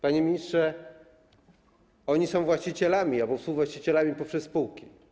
Panie ministrze, oni są właścicielami albo współwłaścicielami poprzez spółki.